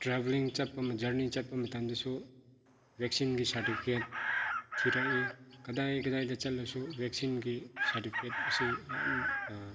ꯇ꯭ꯔꯥꯕꯦꯜꯂꯤꯡ ꯆꯠꯄ ꯖꯔꯅꯤ ꯆꯠꯄ ꯃꯇꯝꯗꯁꯨ ꯕꯦꯛꯁꯤꯟꯒꯤ ꯁꯥꯔꯇꯤꯐꯤꯀꯦꯠ ꯊꯤꯔꯛꯏ ꯀꯗꯥꯏ ꯀꯗꯥꯏꯗ ꯆꯠꯂꯁꯨ ꯕꯦꯛꯁꯤꯟꯒꯤ ꯁꯥꯔꯇꯤꯐꯤꯀꯦꯠ ꯑꯁꯤ ꯌꯥꯝ